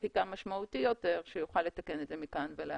חקיקה משמעותי יותר שיוכל לתקן את זה מכאן ולהבא.